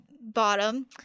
bottom